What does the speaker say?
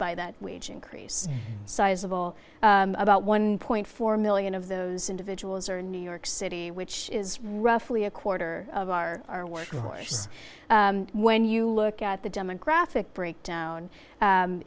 by that wage increase sizeable about one point four million of those individuals are in new york city which is roughly a quarter of our our workforce when you look at the demographic breakdown